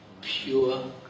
pure